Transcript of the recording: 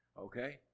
Okay